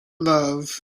love